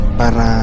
para